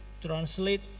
translate